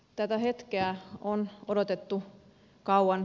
tätä hetkeä on odotettu kauan